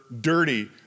dirty